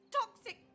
toxic